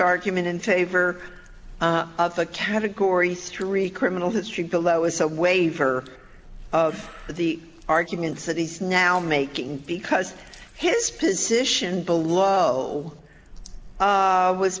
argument in favor of a category three criminal history below is a waiver of the arguments that he's now making because his position below was bas